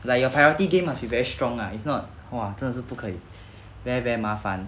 like your priority game must be very strong lah if not !wah! 真的是不可以 very very 麻烦